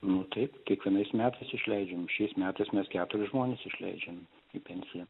nu taip kiekvienais metais išleidžiam šiais metais mes keturis žmones išleidžiam į pensiją